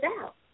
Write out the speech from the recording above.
out